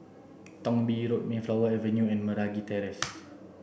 Thong Bee Road Mayflower Avenue and Meragi Terrace